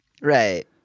Right